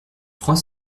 trois